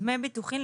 דמי ביטוחים,